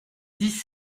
dix